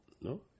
No